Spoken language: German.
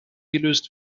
gelöst